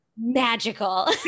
Magical